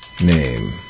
Name